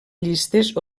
llistes